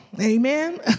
Amen